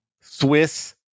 Swiss